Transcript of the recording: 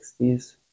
60s